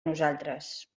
nosaltres